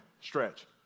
stretch